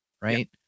right